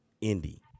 Indy